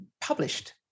published